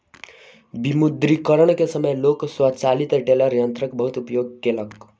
विमुद्रीकरण के समय लोक स्वचालित टेलर यंत्रक बहुत उपयोग केलक